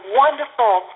wonderful